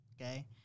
okay